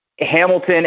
Hamilton